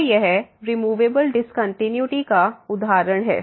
तो यह removable discontinuity का उदाहरण है